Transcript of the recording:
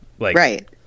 Right